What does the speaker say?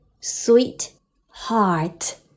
sweetheart